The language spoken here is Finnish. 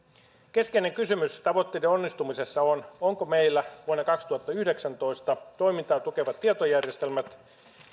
keskeinen kysymys tavoitteiden onnistumisessa on ovatko meillä vuonna kaksituhattayhdeksäntoista toimintaa tukevat tietojärjestelmät